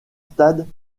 stades